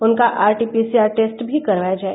उनका RTPCR test भी करवाया जाय